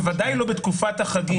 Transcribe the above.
בוודאי לא בתקופת החגים,